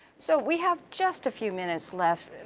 so we have just a few minutes left,